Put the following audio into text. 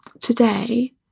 today